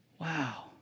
Wow